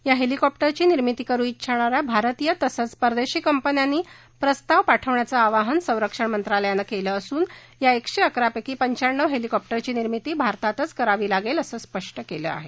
या हेलिकॉप्टरची निर्मिती करू इच्छिणाऱ्या भारतीय तसंच परदेशी कंपन्यांनी प्रस्ताव पाठवण्याचं आवाहन संरक्षण मंत्रालयानं केलं असून या एकशे अकरा पैकी पंचाण्णव हेलिकॉप्टरची निर्मिती भारतातच करावी लागेल असं स्पष्ट केलं आहे